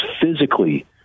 physically